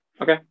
okay